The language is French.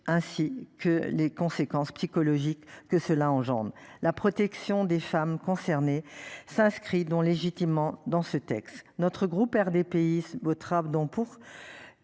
ainsi que les conséquences psychologiques que cela engendre la protection des femmes concernées s'inscrit dont légitimement dans ce texte. Notre groupe RDPI votera donc pour.